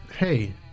hey